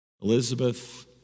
Elizabeth